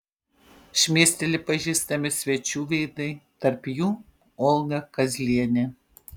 šmėsteli pažįstami svečių veidai tarp jų olga kazlienė